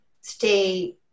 stay